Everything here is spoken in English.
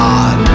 God